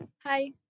Hi